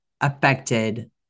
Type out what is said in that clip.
affected